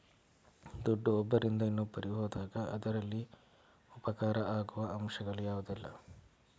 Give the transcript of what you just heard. ದುಡ್ಡು ಒಬ್ಬರಿಂದ ಇನ್ನೊಬ್ಬರಿಗೆ ಹೋದಾಗ ಅದರಲ್ಲಿ ಉಪಕಾರ ಆಗುವ ಅಂಶಗಳು ಯಾವುದೆಲ್ಲ?